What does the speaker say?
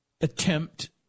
attempt